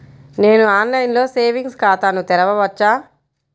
నేను ఆన్లైన్లో సేవింగ్స్ ఖాతాను తెరవవచ్చా?